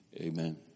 Amen